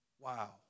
Wow